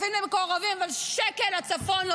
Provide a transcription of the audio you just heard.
ולא שקל אחד לצפון.